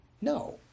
No